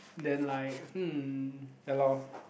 then like mm ya lor